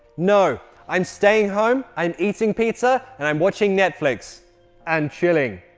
no, i'm staying home i'm eating pizza. and i'm watching netflix and chilling